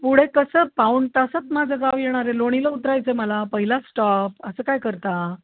पुढे कसं पाऊण तासात माझं गाव येणार आहे लोणीला उतरायचं आहे मला पहिला स्टॉप असं काय करता